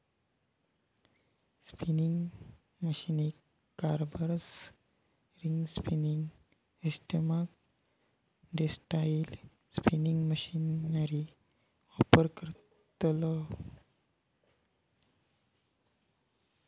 spinning मशीनीक combers, ring spinning सिस्टमाक textile spinning machinery offer करतव